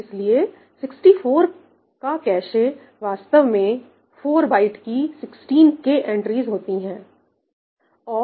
इसलिए 64k का cache वास्तव में 4 बाइट की 16 K एंट्रीज होती थी